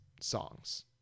songs